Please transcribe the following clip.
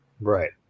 Right